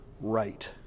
right